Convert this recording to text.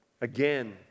again